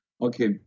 Okay